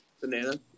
Banana